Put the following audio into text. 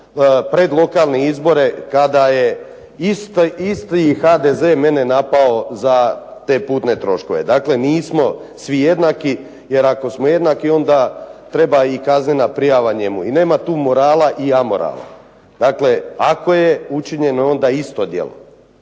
pred lokalne izbore kada je isti HDZ mene napao za te putne troškove. Dakle, nismo svi jednaki. Jer ako smo jednaki treba i kaznena prijava i njemu. I nema tu morala i amorala. Dakle, ako je učinjeno onda isto djelo,